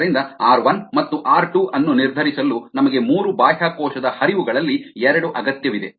ಆದ್ದರಿಂದ ಆರ್ 1 ಮತ್ತು ಆರ್ 2 ಅನ್ನು ನಿರ್ಧರಿಸಲು ನಮಗೆ ಮೂರು ಬಾಹ್ಯಕೋಶದ ಹರಿವುಗಳಲ್ಲಿ ಎರಡು ಅಗತ್ಯವಿದೆ